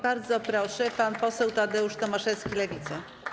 Bardzo proszę, pan poseł Tadeusz Tomaszewski, Lewica.